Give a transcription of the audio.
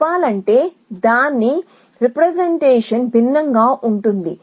చెప్పాలంటే దాని పున Re ప్రదర్శన భిన్నంగా ఉంటుంది